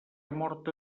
morta